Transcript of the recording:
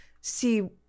see